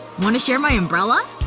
wanna share my umbrella?